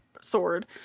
sword